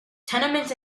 tenements